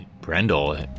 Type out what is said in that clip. Brendel